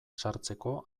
sartzeko